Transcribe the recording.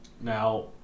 Now